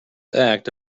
act